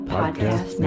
Podcast